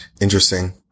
interesting